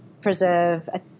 preserve